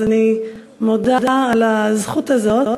אז אני מודה על הזכות הזאת,